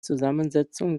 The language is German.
zusammensetzung